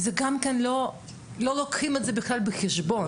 לא לוקחים את זה בחשבון.